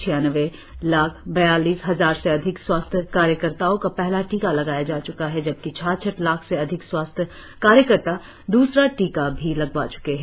छियानवें लाख बयालीस हजार से अधिक स्वास्थ्य कार्यकर्ताओं का पहला टीका लगाया जा च्का है जबकि छाछट लाख से अधिक स्वास्थ्य कार्यकर्ता द्रसरा टीका भी लगवा च्के हैं